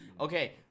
Okay